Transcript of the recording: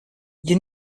you